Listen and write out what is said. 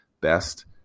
best